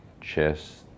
chest